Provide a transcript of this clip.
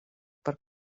per